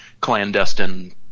clandestine